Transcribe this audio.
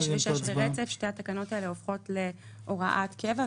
שתי התקנות האלה הופכות להוראת קבע,